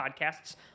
podcasts